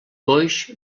coix